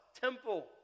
temple